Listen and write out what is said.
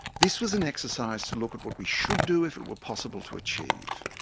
this was an exercise to look at what we should do if it were possible to achieve.